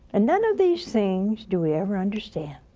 and none of these things do we ever understand,